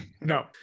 no